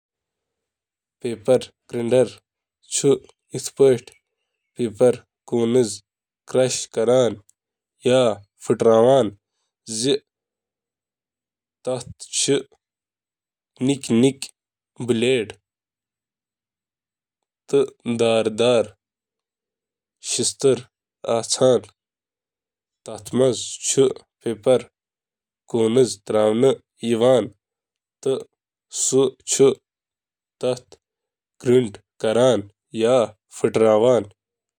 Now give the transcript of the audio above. کرٛہِنۍ مرٕژ کٔرِتھ کٔرِو ساروِی کھۄتہٕ عام طٔریٖقہٕ مَرٕژ گِراینڈرُک اِستعمال، ییٚتہِ تُہۍ صِرِف مَرٕچ کارن شٲمِل کٔرِو تہٕ تِم پنٛنِس مطلوبہٕ مستقل مزاجی سۭتۍ رٔسِو۔ اگر نہٕ تۄہہِ گرٛاینڈر چُھو، تیٚلہِ ہیٚکِو تُہۍ تِم اَتھٕ سۭتۍ کٔڑنہٕ خٲطرٕ مارٹر تہٕ موسل استعمال کٔرِتھ۔